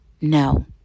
No